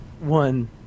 One